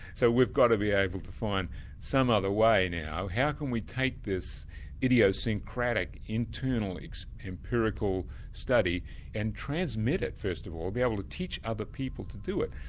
so we've got to be able to find some other way now. how can we take this idiosyncratic, internal empirical study and transmit it, first of all, be able to teach other people to do it?